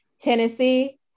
Tennessee